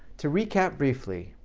to recap briefly,